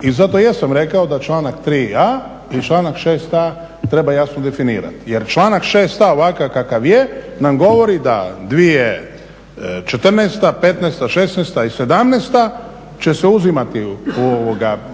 i zato jesam rekao da članak 3a. i članak 6a. treba jasno definirati. Jer članak 6a. ovakav kakav je nam govori da 2014., 2015., 2016. i 2017. će se uzimati